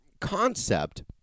concept